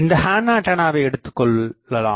இந்த ஹார்ன்ஆண்டனாவை எடுத்துக்கொள்ளலாம்